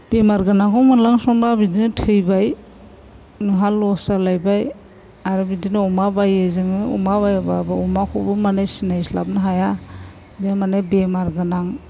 बेमारगोनांखौ मोनलांसनब्ला बिदिनो थैबाय नोंहा लस जालायबाय आरो बिदिनो अमा बायो जोङो अमा बायब्लाबो अमाखौबो माने सिनायस्लाबनो हाया बे माने बेमारगोनां